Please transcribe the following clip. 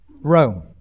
Rome